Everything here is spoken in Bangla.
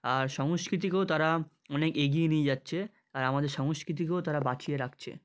আর সংস্কৃতিকেও তারা অনেক এগিয়ে নিয়ে যাচ্ছে আর আমাদের সংস্কৃতিকেও তারা বাঁচিয়ে রাখছে